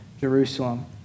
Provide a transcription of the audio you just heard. Jerusalem